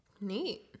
Neat